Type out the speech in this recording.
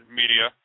media